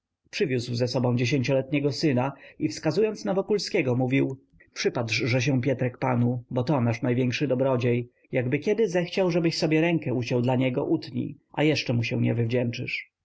przywiózł ze sobą dziesięcioletniego syna i wskazując na wokulskiego mówił przypatrz-że się pietrek panu bo to nasz największy dobrodziej jakby kiedy zechciał żebyś sobie uciął rękę dla niego utnij a jeszcze mu się nie